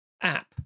app